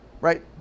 right